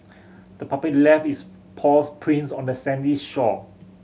the puppy left its paws prints on the sandy shore